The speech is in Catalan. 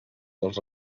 dels